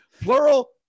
plural